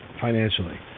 financially